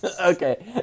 okay